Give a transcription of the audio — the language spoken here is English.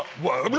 well i mean